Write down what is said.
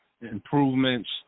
improvements